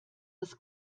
das